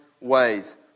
ways